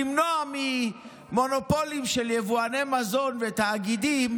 למנוע ממונופולים של יבואני מזון ותאגידים,